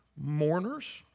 mourners